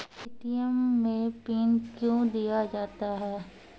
ATM मे PIN कयो दिया जाता हैं?